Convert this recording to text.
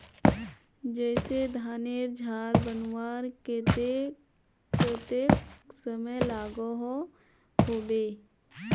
जैसे धानेर झार बनवार केते कतेक समय लागोहो होबे?